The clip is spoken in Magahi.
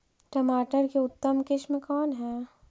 टमाटर के उतम किस्म कौन है?